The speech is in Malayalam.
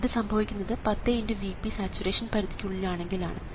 ഇത് സംഭവിക്കുന്നത് 10×Vp സാച്ചുറേഷൻ പരിധിക്കുള്ളിലാണെങ്കിൽ ആണ്